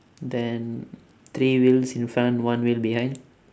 then three wheels in front one wheel behind